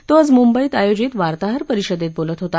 तो आज मुंबईत आयोजित वार्ताहर परिषदेत बोलत होता